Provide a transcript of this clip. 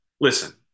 listen